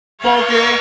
Funky